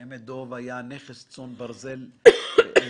דב היה נכס צאן ברזל בכנסת,